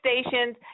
stations